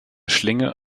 schlinge